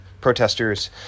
protesters